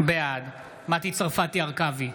בעד מטי צרפתי הרכבי,